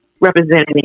representing